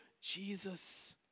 Jesus